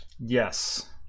yes